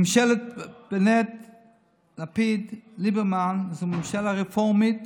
ממשלת בנט-לפיד-ליברמן זו ממשלה רפורמית